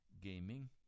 Gaming